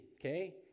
okay